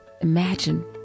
imagine